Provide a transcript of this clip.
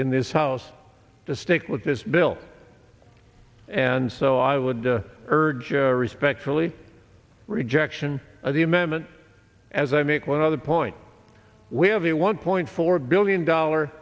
in this house to stick with this bill and so i would urge a respectfully rejection of the amendment as i make one other point we have a one point four billion dollar